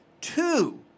two